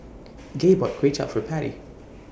Gay bought Kuay Chap For Patty